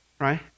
right